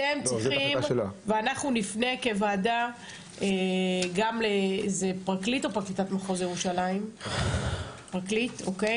אתם צריכים ואנחנו נפנה כוועדה גם לפרקליט מחוז ירושלים וגם